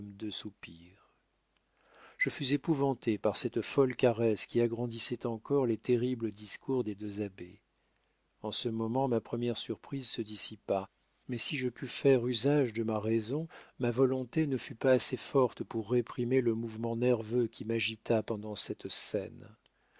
je fus épouvanté par cette folle caresse qui agrandissait encore les terribles discours des deux abbés en ce moment ma première surprise se dissipa mais si je pus faire usage de ma raison ma volonté ne fut pas assez forte pour réprimer le mouvement nerveux qui m'agita pendant cette scène